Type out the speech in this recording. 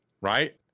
right